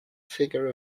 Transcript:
figure